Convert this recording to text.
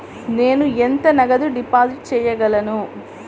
నేను ఎంత నగదు డిపాజిట్ చేయగలను?